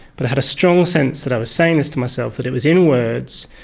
but i had a strong sense that i was saying this to myself, that it was in words,